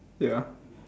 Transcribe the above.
ya